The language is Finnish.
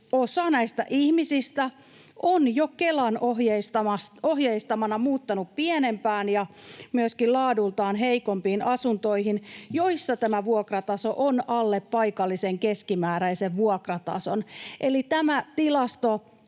osa näistä ihmisistä on jo Kelan ohjeistamana muuttanut pienempiin ja myöskin laadultaan heikompiin asuntoihin, joissa tämä vuokrataso on alle paikallisen keskimääräisen vuokratason. Eli tämä tilasto